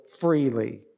freely